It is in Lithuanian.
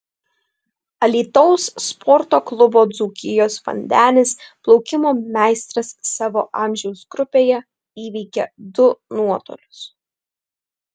alytaus sporto klubo dzūkijos vandenis plaukimo meistras savo amžiaus grupėje įveikė du nuotolius